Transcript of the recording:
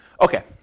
Okay